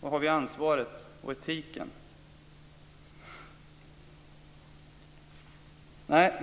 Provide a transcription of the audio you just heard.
Var har vi ansvaret och etiken?